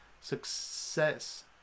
Success